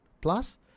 Plus